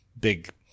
big